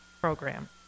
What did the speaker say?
program